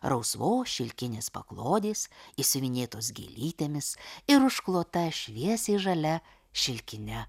rausvos šilkinės paklodės išsiuvinėtos gėlytėmis ir užklota šviesiai žalia šilkine